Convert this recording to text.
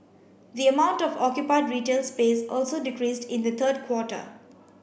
the amount of occupied retail space also decreased in the third quarter